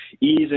ease